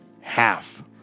half